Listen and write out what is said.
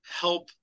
help